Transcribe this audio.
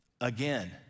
again